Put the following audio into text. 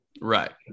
Right